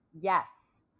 Yes